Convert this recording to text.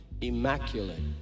immaculate